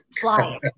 fly